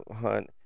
hunt